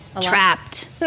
Trapped